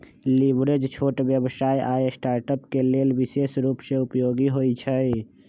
leverage छोट व्यवसाय आऽ स्टार्टअप्स के लेल विशेष रूप से उपयोगी होइ छइ